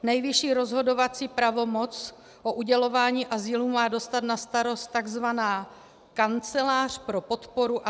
Nejvyšší rozhodovací pravomoc o udělování azylu má dostat na starost takzvaná kancelář pro podporu azylu.